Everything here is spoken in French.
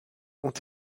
ont